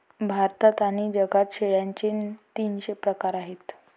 भारतात आणि जगात शेळ्यांचे तीनशे प्रकार आहेत